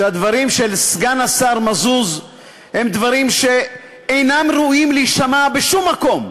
שהדברים של סגן השר מזוז הם דברים שאינם ראויים להישמע בשום מקום,